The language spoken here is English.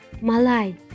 Malay